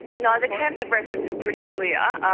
no, the terms of reference are pretty clear.